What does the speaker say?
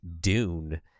Dune